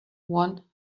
one